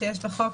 בחוק,